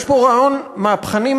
יש פה רעיון מהפכני,